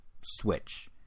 Switch